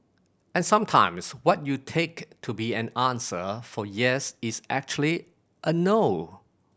and sometimes what you take to be an answer for yes is actually a no